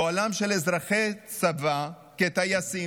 פועלם של אזרחי צבא הוא כטייסים,